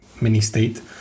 mini-state